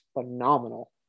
phenomenal